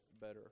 better